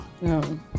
No